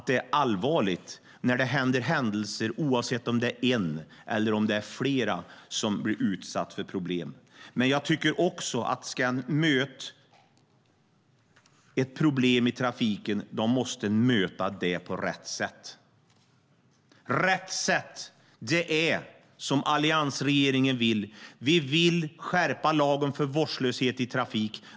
Det är allvarligt när det sker olyckor, oavsett om det är en eller flera som drabbas. Men ska man möta ett problem i trafiken måste man möta det på rätt sätt, och rätt sätt är det som alliansregeringen vill. Vi vill skärpa lagen om vårdslöshet i trafik.